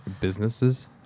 businesses